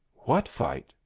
what fight?